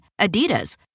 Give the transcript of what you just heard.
Adidas